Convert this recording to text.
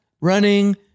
running